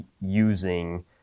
using